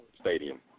Stadium